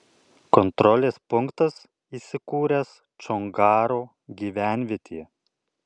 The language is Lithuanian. kontrolės punktas įsikūręs čongaro gyvenvietėje